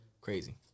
Crazy